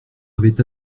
avait